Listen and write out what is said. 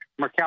Murkowski